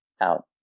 out